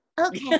Okay